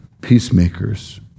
Peacemakers